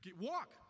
Walk